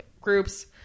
groups